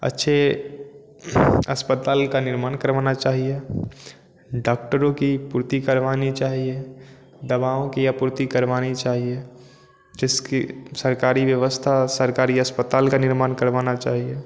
अच्छे अस्पताल का निर्माण करवाना चाहिए डॉक्टरों की पूर्ति करवानी चाहिए दवाओं की आपूर्ति करवानी चाहिए जिसकी सरकारी व्यवस्था सरकारी अस्पताल का निर्माण करवाना चाहिए